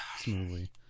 smoothly